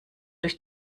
durch